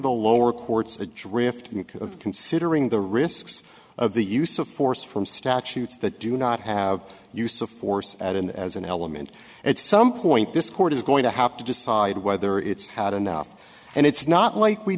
the lower courts a drift of considering the risks of the use of force from statutes that do not have use of force at and as an element at some point this court is going to have to decide whether it's had enough and it's not like we